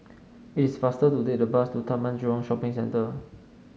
it is faster to take the bus to Taman Jurong Shopping Centre